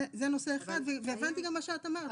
זה נושא אחד, והבנתי גם מה שאת אמרת.